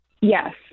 Yes